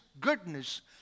goodness